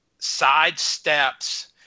sidesteps